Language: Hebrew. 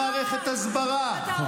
מכרת את נפשך, ואתה עדיין מוכר.